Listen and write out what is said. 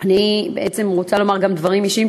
אני רוצה לומר גם דברים אישיים,